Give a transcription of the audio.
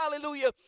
hallelujah